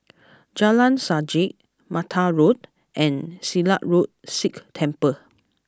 Jalan Sajak Mattar Road and Silat Road Sikh Temple